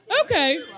Okay